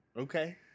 Okay